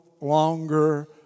longer